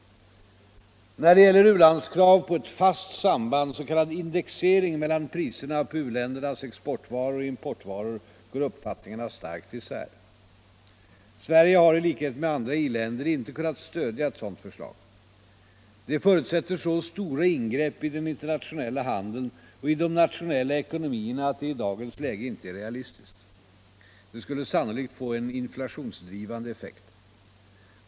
När det gäller u-landskrav på ett fast samband, s.k. indexering, mellan priserna på u-ländernas exportvaror och importvaror går uppfattningarna starkt isär. Sverige har i likhet med andra i-länder inte kunnat stödja ett sådant förslag. Detta förutsätter så stora ingrepp i den internationella handeln ock i de nationella ekonomierna att det i dagens läge inte är realistiskt. Det skulle sannolikt få en inflationsdrivande effekt.